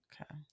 Okay